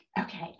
okay